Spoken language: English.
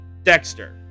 Dexter